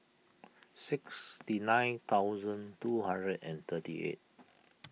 sixty nine thousand two hundred and thirty eight